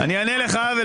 אני אענה לך.